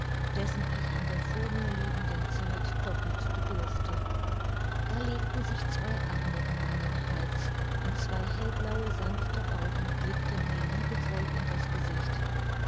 dessen ich in der vor mir liegenden zeit doppelt bedurfte da legten sich zwei arme um meinen hals und zwei hellblaue sanfte augen blickten mir liebevoll in das gesicht